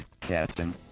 Captain